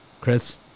Chris